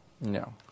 No